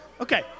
okay